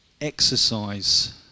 Exercise